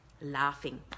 laughing